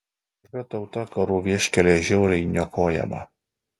maža tauta karų vieškelyje žiauriai niokojama